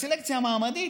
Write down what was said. הסלקציה המעמדית,